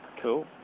Cool